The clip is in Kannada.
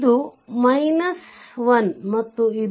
ಇದು ಮತ್ತು ಇದು